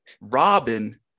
Robin